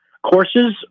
Courses